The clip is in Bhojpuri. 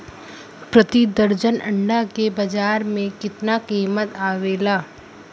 प्रति दर्जन अंडा के बाजार मे कितना कीमत आवेला?